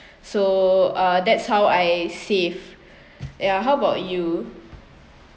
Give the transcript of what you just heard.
so uh that's how I save ya how about you